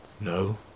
No